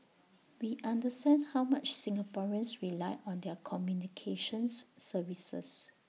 we understand how much Singaporeans rely on their communications services